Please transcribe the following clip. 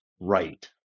right